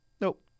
Nope